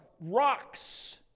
rocks